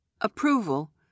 Approval